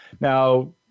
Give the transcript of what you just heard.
Now